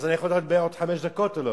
אז אני יכול לדבר עוד חמש דקות או לא?